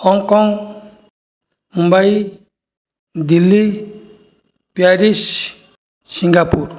Hong Kong Mumbai Delhi Paris Singapore